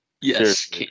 Yes